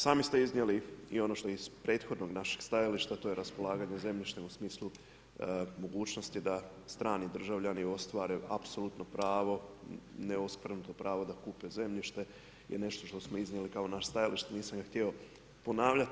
Sami ste iznijeli i ono što je iz prethodnog našeg stajališta, to je raspolaganjem zemljištem u smislu mogućnosti da strani državljani ostvare apsolutno pravo neoskvrnuto pravo da kupe zemljište je nešto što smo iznijeli kao naše stajalište, nisam ga htio ponavljati.